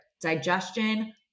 digestion